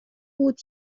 بود